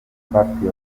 infatti